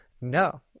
no